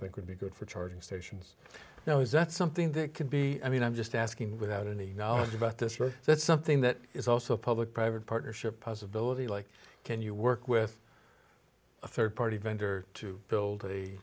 think would be good for charging stations now is that something that can be i mean i'm just asking without any knowledge about this or that's something that is also a public private partnership possibility like can you work with a rd party vendor to build a